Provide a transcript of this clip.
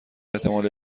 احتمال